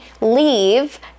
leave